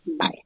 Bye